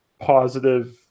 Positive